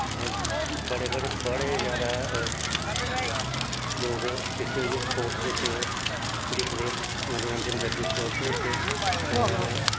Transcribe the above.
बड़े बड़े बड़े जैदा लोग किट्ठे होइयै स्पोटस बिच्च दिक्खदे मनोंरंजन करदे स्पोटस बिच्च